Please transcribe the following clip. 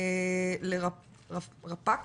לרפ"ק